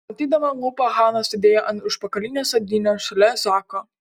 kramtydama lūpą hana sėdėjo ant užpakalinės sėdynės šalia zako